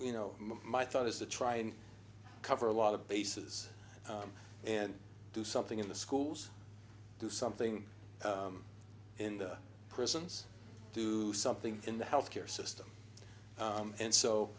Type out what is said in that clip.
you know my thought is to try and cover a lot of bases and do something in the schools do something in the prisons do something in the health care system and